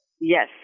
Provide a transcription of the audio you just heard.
Yes